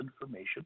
information